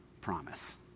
promise